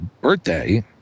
birthday